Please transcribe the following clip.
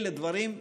אלה הדברים,